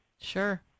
Sure